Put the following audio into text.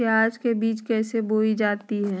प्याज के बीज कैसे बोई जाती हैं?